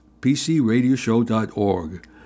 pcradioshow.org